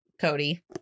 Cody